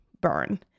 burn